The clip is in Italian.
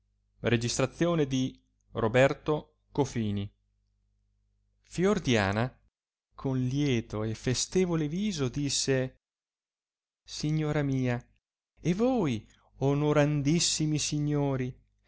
e con lieto e festevole viso disse signora mia e voi onorandissimi signori